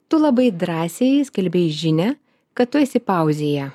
tu labai drąsiai skelbei žinią kad tu esi pauzėje